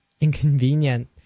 inconvenient